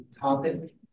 topic